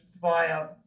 via